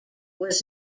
was